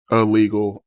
Illegal